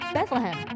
Bethlehem